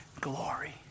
glory